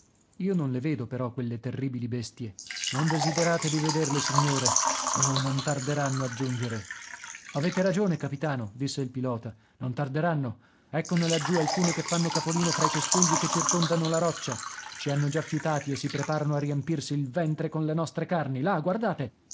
io non le vedo però quelle terribili bestie non desiderate di vederle signore oh non tarderanno a giungere avete ragione capitano disse il pilota non tarderanno eccone laggiù alcune che fanno capolino fra i cespugli che circondano la roccia ci hanno già fiutati e si preparano a riempirsi il ventre colle nostre carni là guardate